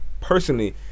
Personally